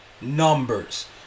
numbers